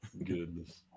Goodness